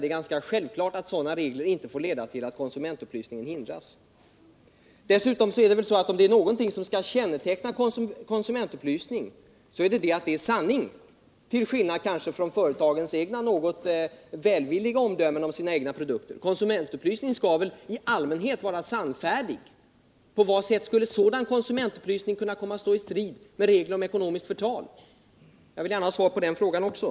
Det är ganska självklart att sådana regler inte får leda till att konsumentupplysningen hindras. Om det f. ö. är någonting som skall känneteckna konsumentupplysningen, så är det sanning —till skillnad kanske från företagens egna, något välvilliga omdömen om sina produkter. Konsumentupplysning skall väl alltid vara sannfärdig. På vad sätt skulle sådan konsumentupplysning kunna komma att stå i strid med regler om ansvar för ekonomiskt förtal? Jag vill gärna ha svar på den frågan också.